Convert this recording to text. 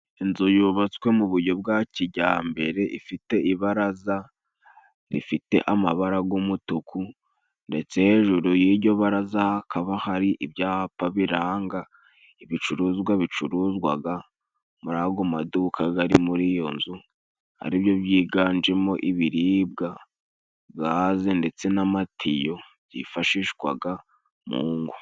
Inzu yubatswe mu buryo bwa kijyambere ifite ibaraza. Ifite amabara y'umutuku, ndetse hejuru y'iryo baraza hakaba hari ibyapa biranga ibicuruzwa bicuruzwa muri ayo maduka ari muri iyo nzu. Ari byo byiganjemo ibiribwa, gaze ndetse n'amatiyo, byifashishwa mu ngo.